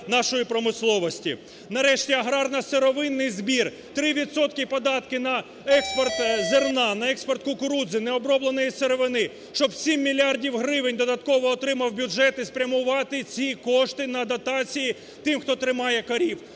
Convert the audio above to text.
Нарешті аграрно-сировинний збір. 3 відсотки податки на експорт зерна, на експорт кукурудзи, необробленої сировини, щоб 7 мільярдів гривень додатково отримав бюджет. І спрямувати ці кошти на дотації тим, хто тримає корів.